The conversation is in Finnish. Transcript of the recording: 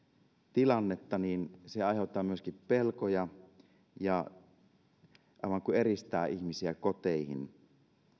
tilannetta niin se aiheuttaa myöskin pelkoja ja aivan kuin eristää ihmisiä koteihin